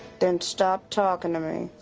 don't stop talking to me